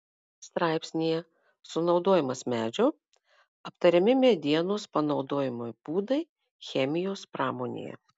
straipsnyje sunaudojimas medžio aptariami medienos panaudojimo būdai chemijos pramonėje